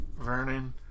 Vernon